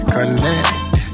Connect